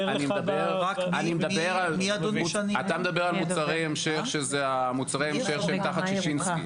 אתה מדבר על מוצרים שזה מוצרי המשך שהם תחת שישינסקי.